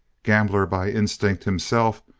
gambler by instinct himself,